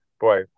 boy